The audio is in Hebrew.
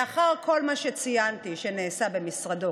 לאחר כל מה שציינתי שנעשה במשרדו,